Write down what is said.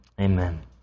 Amen